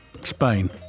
Spain